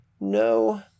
No